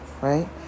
right